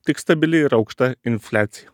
tik stabili ir aukšta infliacija